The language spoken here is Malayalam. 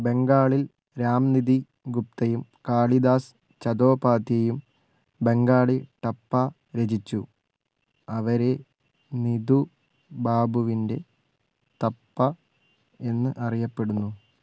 ബംഗാളിൽ രാം നിധി ഗുപ്തയും കാളിദാസ് ചതോപാധ്യയും ബംഗാളി ടപ്പ രചിച്ചു അവരെ നിധു ബാബുവിൻ്റെ തപ്പ എന്ന് അറിയപ്പെടുന്നു